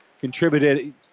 contributed